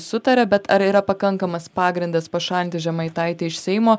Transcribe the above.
sutaria bet ar yra pakankamas pagrindas pašalinti žemaitaitį iš seimo